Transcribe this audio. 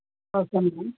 okay madam